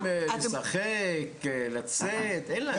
אין מקום לילדים לשחק, לצאת, אין להם.